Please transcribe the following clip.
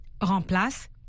remplace